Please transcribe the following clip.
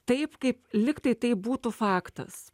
taip kaip liktai tai būtų faktas